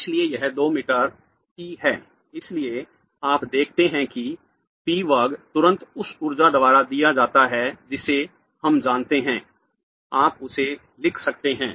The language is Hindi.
इसलिए यह 2 m E है इसलिए आप देखते हैं कि p वर्ग तुरंत उस ऊर्जा द्वारा दिया जाता है जिसे हम जानते हैं आप उसे लिख सकते हैं